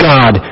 God